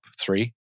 three